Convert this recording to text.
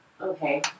Okay